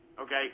okay